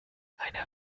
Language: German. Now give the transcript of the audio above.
einer